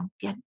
get